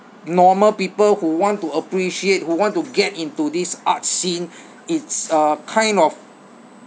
normal people who want to appreciate who want to get into this art scene it's uh kind of